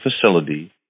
facility